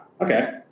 Okay